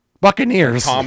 Buccaneers